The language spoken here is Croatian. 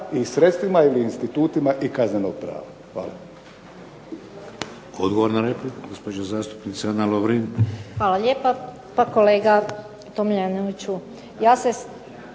i sredstvima ili institutima i kaznenog prava. Hvala.